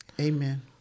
Amen